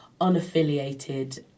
unaffiliated